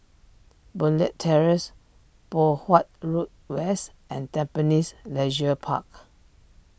Boon Leat Terrace Poh Huat Road West and Tampines Leisure Park